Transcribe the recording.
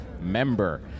member